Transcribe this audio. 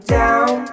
down